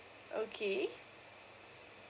okay